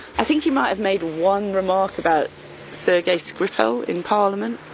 i think he might have made one remark about sergei skripal in parliament.